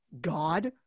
God